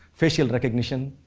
facial recognition,